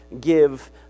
give